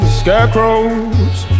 scarecrows